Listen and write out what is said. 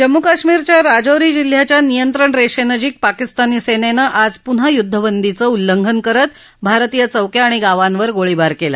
जम्मू कश्मीरच्या राजौरी जिल्ह्याच्या नियंत्रण रेबेनजिक पाकिस्तानी सेनेने आज पुन्हा युद्धबंदीचं उल्लंघन करत भारतीय चौक्या आणि गावांवर गोळीबार केला